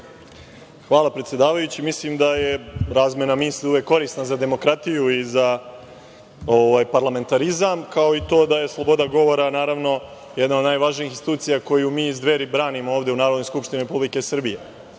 Hvala predsedavajući. Mislim da je razmena misli uvek korisna za demokratiju i za parlamentarizam, kao i to da je sloboda govora jedna od najvažnijih institucija koju mi iz Dveri branimo, ovde u Narodnoj skupštini Republike Srbije,